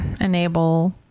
enable